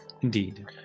indeed